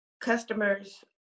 customers